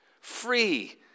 free